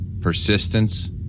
persistence